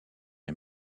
est